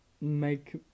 make